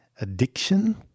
addiction